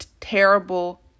terrible